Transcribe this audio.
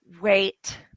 Wait